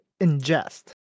ingest